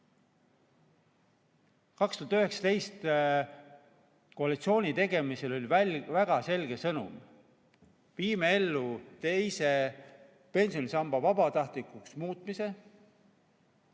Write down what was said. aastal koalitsiooni tehes oli väga selge sõnum: viime ellu teise pensionisamba vabatahtlikuks muutmise